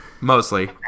Mostly